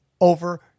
over